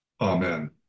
Amen